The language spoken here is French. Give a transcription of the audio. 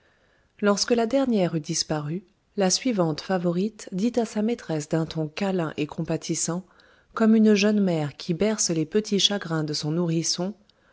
lorsque la dernière eut disparu la suivante favorite dit à sa maîtresse d'un ton câlin et compatissant comme une jeune mère qui berce les petits chagrins de son nourrisson